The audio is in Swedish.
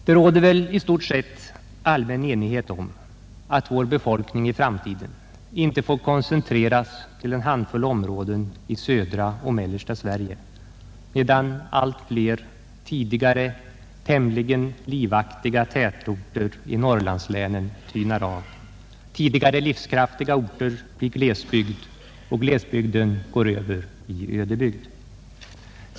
Det torde råda allmän enighet om att vår befolkning i framtiden inte får koncentreras till en handfull områden i södra och mellersta Sverige medan allt fler tidigare tämligen livaktiga tätorter i Norrlandslänen tynar av, tidigare livskraftiga orter går över i glesbygd och glesbygden går över i ödebygd.